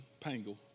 Pangle